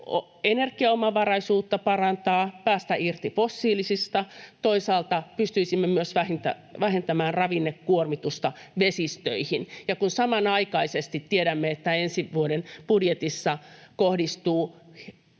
energiaomavaraisuutta parantaa, päästä irti fossiilisista, ja toisaalta pystyisimme myös vähentämään ravinnekuormitusta vesistöihin. Ja kun samanaikaisesti tiedämme, että ensi vuoden budjetissa kohdistuu